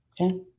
Okay